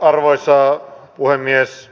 arvoisa puhemies